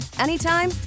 anytime